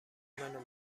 منو